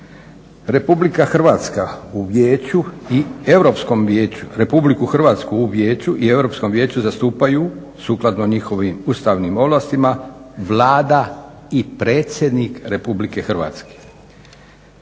Republiku Hrvatsku u Vijeću i Europskom vijeću zastupaju, sukladno njihovim ustavnim ovlastima Vlada i predsjednik Republike Hrvatske.